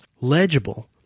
legible